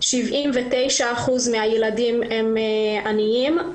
79% מן הילדים הם עניים.